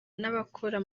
n’abakora